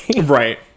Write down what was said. Right